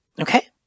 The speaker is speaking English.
Okay